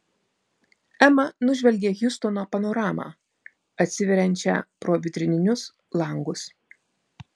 ema nužvelgė hjustono panoramą atsiveriančią pro vitrininius langus